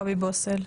קובי בוסל.